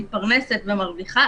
מתפרנסת ומרוויחה,